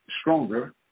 stronger